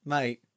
Mate